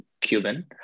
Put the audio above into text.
Cuban